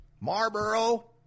Marlboro